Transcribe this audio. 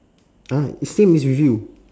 !huh! it's same as with you